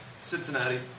Cincinnati